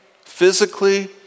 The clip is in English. physically